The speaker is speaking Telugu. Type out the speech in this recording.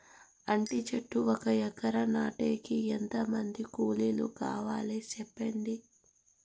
అంటి చెట్లు ఒక ఎకరా నాటేకి ఎంత మంది కూలీలు కావాలి? సెప్పండి?